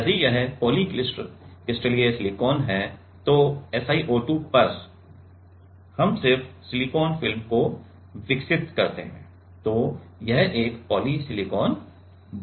यदि यह पॉली क्रिस्टलीय सिलिकॉन है तो SiO2 पर हम सिर्फ सिलिकॉन फिल्म को विकसित करते हैं तो यह एक पॉली सिलिकॉन बन जाएगा